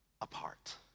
apart